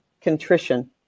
Contrition